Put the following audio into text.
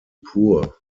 poor